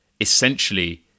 essentially